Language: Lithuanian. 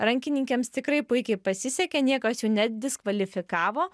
rankininkėms tikrai puikiai pasisekė niekas jų nediskvalifikavo